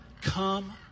come